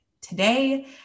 today